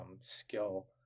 skill